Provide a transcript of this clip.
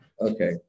okay